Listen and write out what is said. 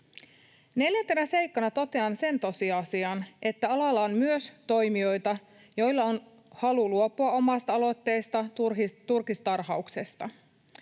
Neljäntenä seikkana totean sen tosiasian, että alalla on myös toimijoita, joilla on halu luopua omasta aloitteesta turkistarhauksesta.